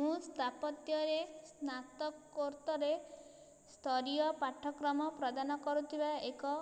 ମୁଁ ସ୍ଥାପତ୍ୟରେ ସ୍ନାତକୋତ୍ତରେ ସ୍ତରୀୟ ପାଠ୍ୟକ୍ରମ ପ୍ରଦାନ କରୁଥିବା ଏକ